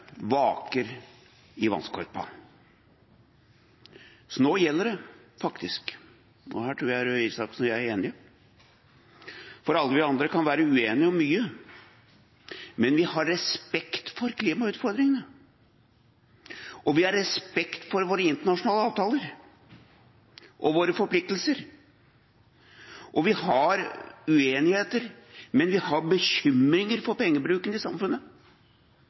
vaker i vannskorpa. Så nå gjelder det, faktisk, og her tror jeg Røe Isaksen og jeg er enige. For alle vi andre kan være uenige om mye, men vi har respekt for klimautfordringene, og vi har respekt for våre internasjonale avtaler og våre forpliktelser. Vi har uenigheter, men vi har bekymringer for pengebruken i samfunnet.